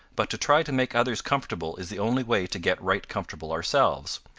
but to try to make others comfortable is the only way to get right comfortable ourselves,